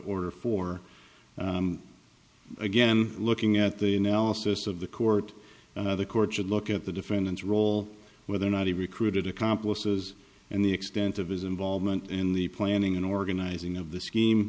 order for again looking at the analysis of the court the court should look at the defendant's role whether or not he recruited accomplices and the extent of his involvement in the planning and organizing of the scheme